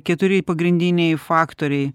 keturi pagrindiniai faktoriai